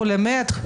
החולה מת,